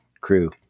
crew